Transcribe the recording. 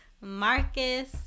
marcus